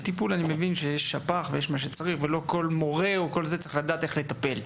לטיפול אני מבין שיש שפ"ח ולא כל מורה צריך לדעת איך לטפל.